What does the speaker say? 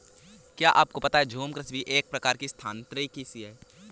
क्या आपको पता है झूम कृषि भी एक प्रकार की स्थानान्तरी कृषि ही है?